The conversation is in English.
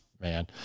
Man